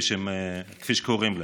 כפי שקוראים להם.